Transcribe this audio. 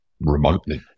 remotely